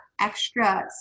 extra